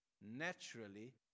naturally